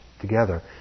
together